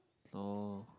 oh